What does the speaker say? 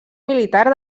militar